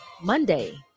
Monday